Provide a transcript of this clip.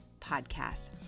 podcast